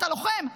אתה לוחם,